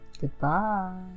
goodbye